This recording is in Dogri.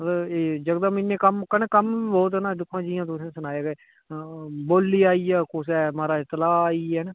मतलब एह् जकदम इन्ने कम्म कन्नै कम्म बी बहुत न दिक्खोआं जि'यां तुसें सनाया भई बौली आई ऐ कुसै माराज तलाऽ आइये न